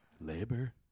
Labor